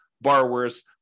borrowers